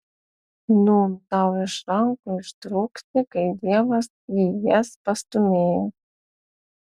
nūn tau iš rankų ištrūkti kai dievas į jas pastūmėjo